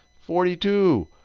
forty two,